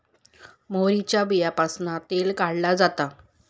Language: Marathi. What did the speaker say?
मोहरीच्या बीयांपासना तेल काढला जाता